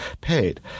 paid